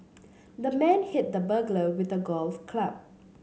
the man hit the burglar with a golf club